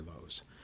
lows